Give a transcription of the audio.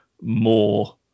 more